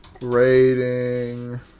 Rating